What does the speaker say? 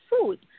food